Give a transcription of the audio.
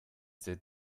der